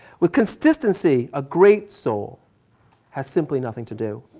with consistency, a great soul has simply nothing to do.